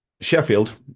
Sheffield